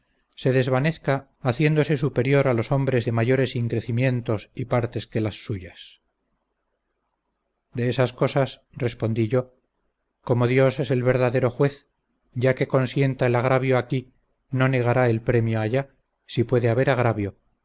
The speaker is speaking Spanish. se desvanezca haciéndose superior a los hombres de mayores increcimientos y partes que las suyas de esas cosas respondí yo como dios es el verdadero juez ya que consienta el agravio aquí no negará el premio allá si puede haber agravio